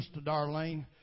Darlene